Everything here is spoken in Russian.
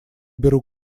беру